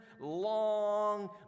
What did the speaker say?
long